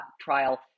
trial